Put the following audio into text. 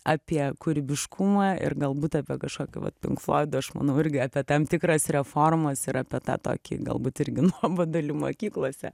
apie kūrybiškumą ir galbūt apie kažkokį vat pink floidų aš manau irgi apie tam tikras reformas ir apie tą tokį galbūt irgi nuobodulį mokyklose